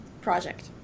project